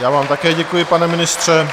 Já vám také děkuji, pane ministře.